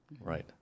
right